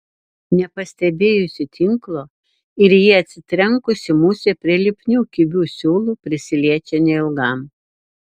nepastebėjusi tinklo ir į jį atsitrenkusi musė prie lipnių kibių siūlų prisiliečia neilgam